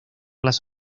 las